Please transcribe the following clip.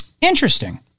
Interesting